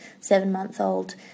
seven-month-old